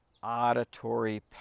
auditory